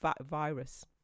virus